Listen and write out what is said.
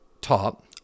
top